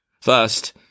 First